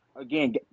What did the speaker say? Again